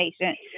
patient